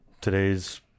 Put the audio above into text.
today's